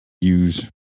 use